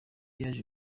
yaje